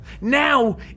now